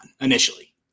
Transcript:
initially